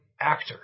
actor